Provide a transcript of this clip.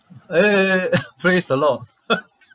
eh praise the lord